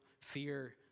fear